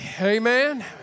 Amen